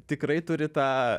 tikrai turi tą